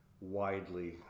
widely